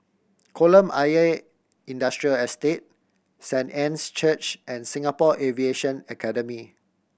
Kolam Ayer Industrial Estate Saint Anne's Church and Singapore Aviation Academy